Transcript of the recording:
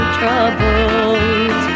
troubles